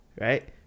Right